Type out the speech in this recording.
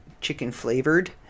chicken-flavored